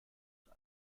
zur